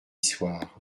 soir